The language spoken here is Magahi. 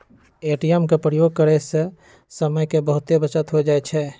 ए.टी.एम के प्रयोग करे से समय के बहुते बचत हो जाइ छइ